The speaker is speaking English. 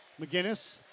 McGinnis